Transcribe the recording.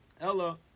Ella